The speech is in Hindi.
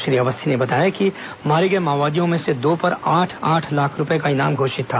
श्री अवस्थी ने बताया कि मारे गए माओवादियों में से दो पर आठ आठ लाख रूपए का इनाम घोषित था